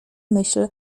myśl